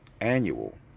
Annual